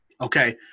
okay